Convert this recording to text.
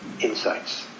insights